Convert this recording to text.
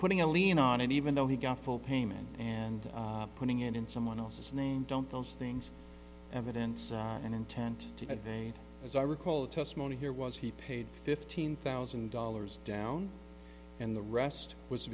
putting a lien on it even though he got full payment and putting it in someone else's name don't those things evidence and intent to date as i recall the testimony here was he paid fifteen thousand dollars down and the rest was to